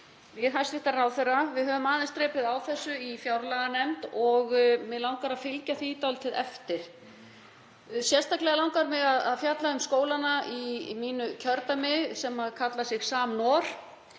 við hæstv. ráðherra. Við höfum aðeins drepið á þessu í fjárlaganefnd og mig langar að fylgja því eftir. Sérstaklega langar mig að fjalla um skólana í mínu kjördæmi sem kalla sig SAMNOR,